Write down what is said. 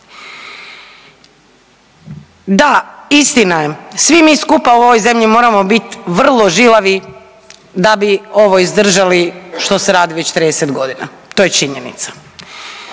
Da, istina je, svi mi skupa u ovoj zemlji moramo bit vrlo žilavi da bi ovo izdržali što se radi već 30 godina, to je činjenica.